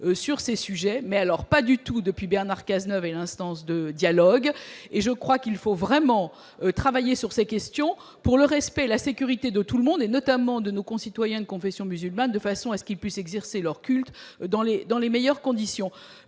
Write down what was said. sur ces sujets depuis Bernard Cazeneuve et l'instance de dialogue. Il faut vraiment, je le crois, travailler sur ces questions pour le respect et la sécurité de tous, et notamment de nos concitoyens de confession musulmane, de façon qu'ils puissent exercer leur culte dans les meilleures conditions.